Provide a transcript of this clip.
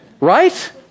Right